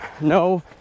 No